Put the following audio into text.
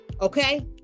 okay